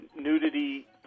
nudity